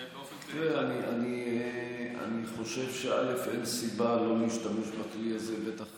ראה, אני חושב שאין סיבה שלא להשתמש בכלי הזה, בטח